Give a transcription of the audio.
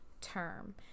term